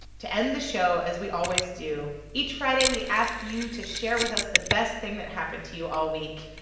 to end the show as we always do. each friday, we ask you to share with us the best thing that happened to you all week.